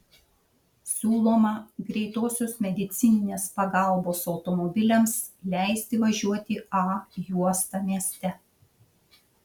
siūloma greitosios medicininės pagalbos automobiliams leisti važiuoti a juosta mieste